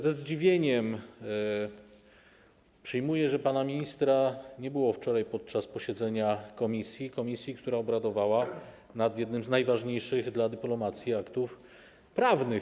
Ze zdziwieniem przyjmuję, że pana ministra nie było wczoraj podczas posiedzenia komisji, która obradowała nad jednym z najważniejszych dla dyplomacji aktów prawnych.